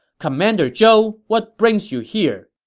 commander zhou, what brings you here?